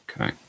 Okay